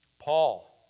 Paul